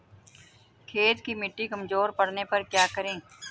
खेत की मिटी कमजोर पड़ने पर क्या करें?